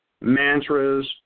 mantras